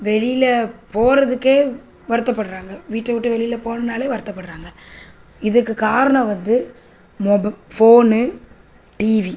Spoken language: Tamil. வெளியில் போகிறதுக்கே வருத்தப்படுறாங்க வீட்டவிட்டு வெளியில் போகணும்னாலே வருத்தப்படுறாங்க இதுக்கு காரணம் வந்து ஃபோனு டிவி